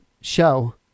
show